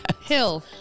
Hill